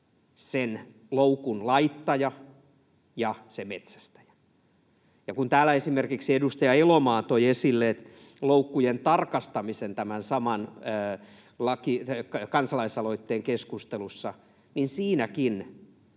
sen loukun laittaja ja se metsästäjä. Kun täällä esimerkiksi edustaja Elomaa tämän saman kansalaisaloitteen keskustelussa toi esille